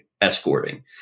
escorting